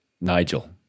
Nigel